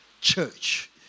church